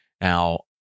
Now